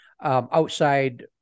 outside